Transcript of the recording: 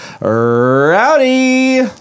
Rowdy